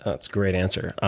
that's great answer.